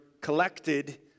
collected